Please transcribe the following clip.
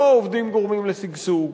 לא העובדים גורמים לשגשוג,